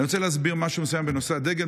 אני רוצה להסביר משהו מסוים בנושא הדגל,